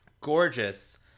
gorgeous